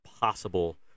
possible